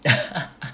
yeah